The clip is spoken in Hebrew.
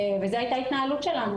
וזו היתה ההתנהלות שלנו,